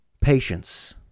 Patience